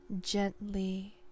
gently